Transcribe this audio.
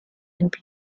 and